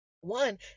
One